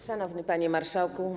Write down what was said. Szanowny Panie Marszałku!